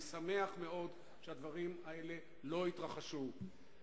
אני שמח מאוד שהדברים האלה לא התרחשו.